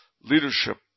leadership